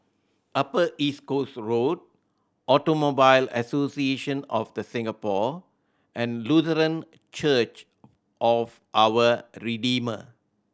Upper East Coast Road Automobile Association of The Singapore and Lutheran Church of Our Redeemer